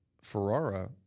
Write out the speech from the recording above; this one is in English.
Ferrara